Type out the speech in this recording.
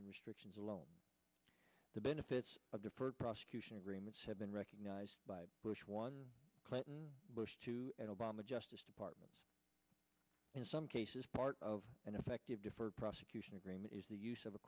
and restrictions alone the benefits of deferred prosecution agreements have been recognized by bush one clinton bush two and obama justice department in some cases part of an effective deferred prosecution agreement is the use of a